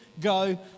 go